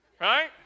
right